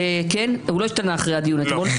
הוא לא השתנה אחרי הדיון אתמול?